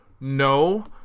no